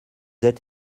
êtes